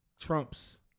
trumps